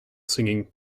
singing